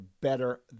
better